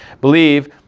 believe